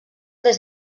des